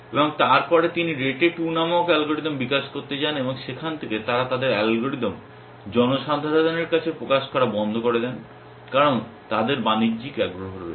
এবং তারপরে তিনি রেটে 2 নামক অ্যালগরিদম বিকাশ করতে যান এবং সেখান থেকে তারা তাদের অ্যালগরিদম জনসাধারণের কাছে প্রকাশ করা বন্ধ করে দেন কারণ তাদের বাণিজ্যিক আগ্রহ রয়েছে